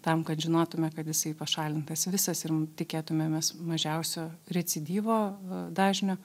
tam kad žinotume kad jisai pašalintas visas ir tikėtumėmės mažiausio recidyvo dažnio